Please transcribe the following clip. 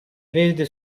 verde